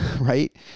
right